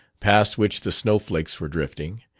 past which the snowflakes were drifting,